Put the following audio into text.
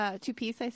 Two-piece